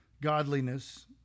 godliness